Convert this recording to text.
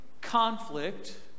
conflict